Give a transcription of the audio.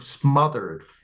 smothered